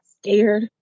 scared